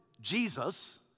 Jesus